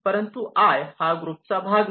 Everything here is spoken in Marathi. परंतु आय हा ग्रुपचा भाग नाही